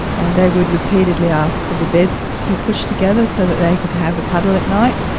and they would repeatedly asked for the beds to be pushed together so that they could have a cuddle at night,